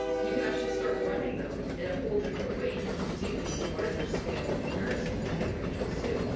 you can actually start running them in a whole different way. and you can do these larger scale comparisons between regions, too.